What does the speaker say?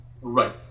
Right